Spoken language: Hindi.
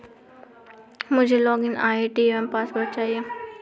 मुझें लॉगिन आई.डी एवं पासवर्ड चाहिए